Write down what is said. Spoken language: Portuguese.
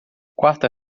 quarta